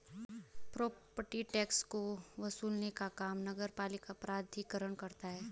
property tax को वसूलने का काम नगरपालिका प्राधिकरण करता है